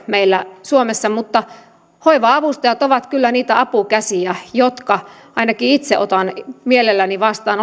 meillä suomessa mutta hoiva avustajat ovat kyllä niitä apukäsiä jotka ainakin itse otan mielelläni vastaan